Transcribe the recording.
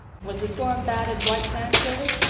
was the storm bad at white sands, gilbert?